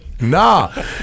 nah